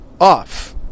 off